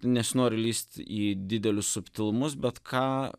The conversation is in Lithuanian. nes noriu lįst į didelius subtilumus bet ką